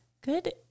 Good